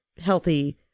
healthy